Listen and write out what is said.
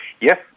yes